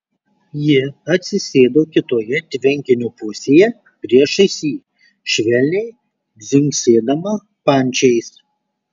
ji atsisėdo kitoje tvenkinio pusėje priešais jį švelniai dzingsėdama pančiais